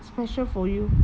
special for you